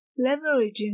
Leveraging